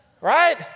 Right